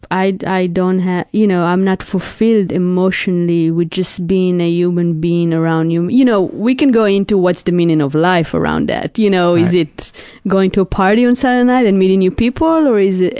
i don't have, you know, i'm not fulfilled emotionally with just being a human being around hu, you know, we can go into what's the meaning of life around that, you know, is it going to a party on saturday night and meeting new people, or is it,